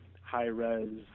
high-res